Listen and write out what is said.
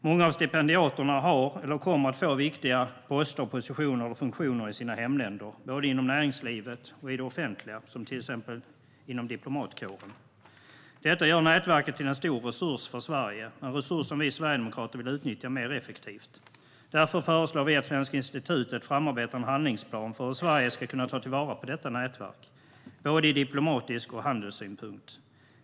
Många av stipendiaterna har eller kommer att få viktiga poster, positioner och funktioner i sina hemländer, både inom näringslivet och inom det offentliga, till exempel inom diplomatkåren. Detta gör nätverket till en stor resurs för Sverige, en resurs som vi sverigedemokrater vill utnyttja mer effektivt. Därför föreslår vi att Svenska institutet framarbetar en handlingsplan för hur Sverige ska kunna ta vara på detta nätverk, både ur diplomatisk synpunkt och ur handelssynpunkt.